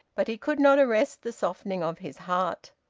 but he could not arrest the softening of his heart,